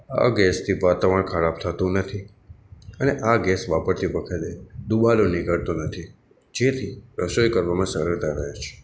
આ ગેસથી વાતાવરણ ખરાબ થતું નથી અને આ ગૅસ વાપરતી વખતે ધુમાડો નીકળતો નથી જેથી રસોઈ કરવામાં સરળતા રહે છે